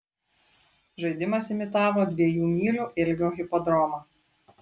žaidimas imitavo dviejų mylių ilgio hipodromą